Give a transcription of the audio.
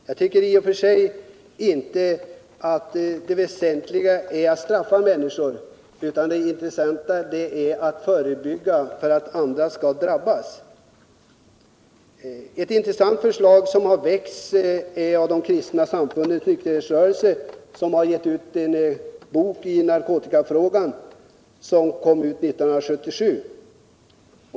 Jag tycker i och för sig inte att det väsentliga är att straffa människor, utan det är att förebygga att andra drabbas. Ett intressant förslag har väckts av de kristna förbundens nykterhetsrörelser. De har publicerat en bok om narkotikafrågari som kom ut 1977.